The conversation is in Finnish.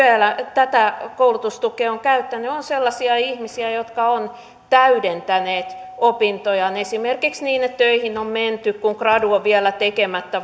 tätä koulutustukea ovat käyttäneet ovat sellaisia ihmisiä jotka ovat täydentäneet opintojaan esimerkiksi niin että töihin on menty kun gradu on vielä tekemättä